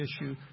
issue